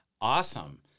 Awesome